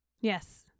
Yes